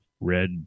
red